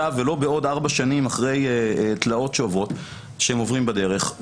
ולא בעוד 4 שנים אחרי תלאות שהם עוברים בדרך.